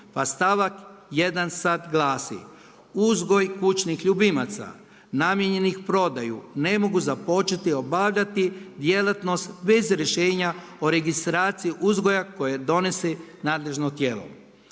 pa stavak 1. sada glasi: „Uzgoj kućnih ljubimaca namijenjenih prodaji ne mogu započeti obavljati djelatnost bez rješenja o registraciji uzgoja koje donese nadležno tijelo.“.